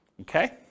okay